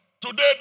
Today